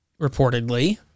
reportedly